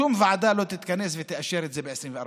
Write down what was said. שום ועדה לא תתכנס ותאשר את זה ב-24 שעות.